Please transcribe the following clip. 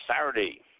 Saturday